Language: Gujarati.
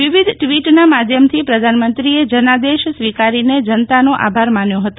વિવિધ ટવીટ ના માધ્યમથી પ્રધાનમંત્રીએ જનાદેશ સ્વીકારીને જનતાનો આભાર માન્યો હતો